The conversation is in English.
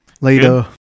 Later